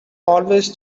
always